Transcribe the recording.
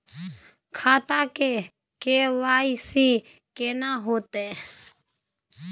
खाता में के.वाई.सी केना होतै?